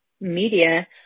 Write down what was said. media